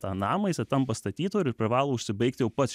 tą namą jisai tampa statytoju ir privalo užsibaigt jau pats